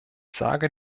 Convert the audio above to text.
sage